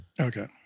Okay